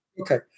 Okay